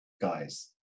guys